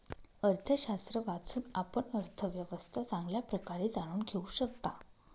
अर्थशास्त्र वाचून, आपण अर्थव्यवस्था चांगल्या प्रकारे जाणून घेऊ शकता